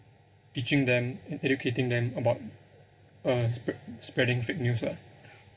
teaching them and educating them about uh spread spreading fake news lah